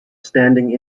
standing